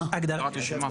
רשימה?